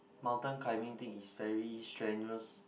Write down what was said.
mountain climbing thing is very strenuous